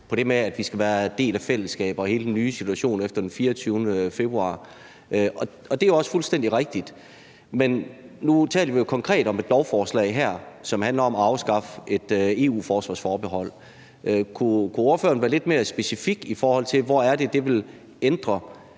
på det med, at vi skal være en del af fællesskaber, og hele den nye situation efter den 24. februar. Det er også fuldstændig rigtigt, men nu taler vi jo konkret om et lovforslag her, som handler om at afskaffe et EU-forsvarsforbehold. Kunne ordføreren være lidt mere specifik, i forhold til hvor det er, det vil ændre